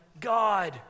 God